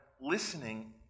listening